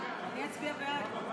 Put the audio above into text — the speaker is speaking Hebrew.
אני אצביע בעד.